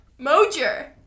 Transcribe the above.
Mojer